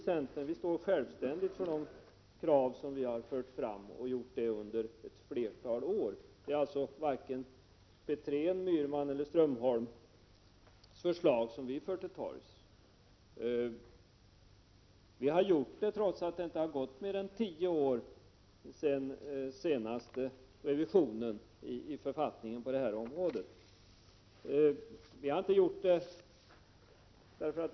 Centerpartiet står självständigt för de krav som partiet har fört fram, och det har vi gjort under flera år. Vi för inte torgs vare sig Petréns, Myhrmans eller Strömholms förslag. Och vi har lagt fram våra förslag, trots att det inte har förflutit mer än tio år sedan den senaste författningsrevisionen på det här området genomfördes.